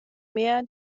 mehr